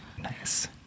Nice